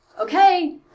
okay